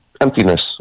emptiness